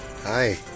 Hi